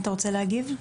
אתה רוצה להגיב?